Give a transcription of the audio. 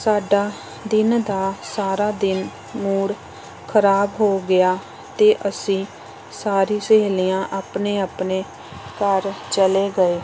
ਸਾਡਾ ਦਿਨ ਦਾ ਸਾਰਾ ਦਿਨ ਮੂ਼ਡ ਖ਼ਰਾਬ ਹੋ ਗਿਆ ਅਤੇ ਅਸੀਂ ਸਾਰੀ ਸਹੇਲੀਆਂ ਆਪਣੇ ਆਪਣੇ ਘਰ ਚਲੇ ਗਏ